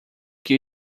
que